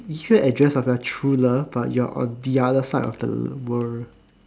give you address of your true love but you are on the other side of the world